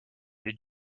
did